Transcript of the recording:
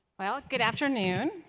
well, good afternoon.